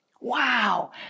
Wow